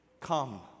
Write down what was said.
Come